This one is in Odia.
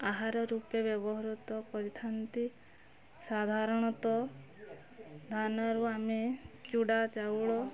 ଆହାର ରୂପେ ବ୍ୟବହୃତ କରିଥାନ୍ତି ସାଧାରଣତଃ ଧାନରୁ ଆମେ ଚୁଡ଼ା ଚାଉଳ